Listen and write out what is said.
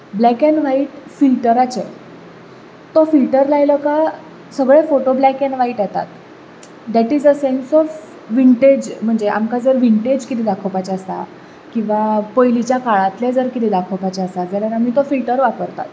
black and white फिल्टराचें तो filter लायलो काय सगळे फोटो ब्लॅक एंड व्हायट जातात that is a sense of विटेंज म्हणजें आमकां कितें विंटेज दाखोवपाचें आसता किंवा पयलींच्या काळांतलें कितें जर दाखोवपाचें आसा जाल्यार आमी तो फिल्टर वापरतात